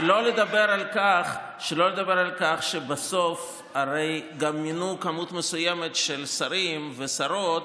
שלא לדבר על כך שבסוף הרי גם מינו מספר מסוים של שרים ושרות